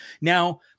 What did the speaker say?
Now